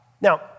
Now